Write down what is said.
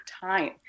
time